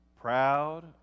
Proud